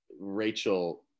Rachel